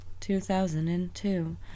2002